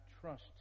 trust